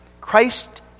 Christ